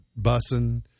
bussin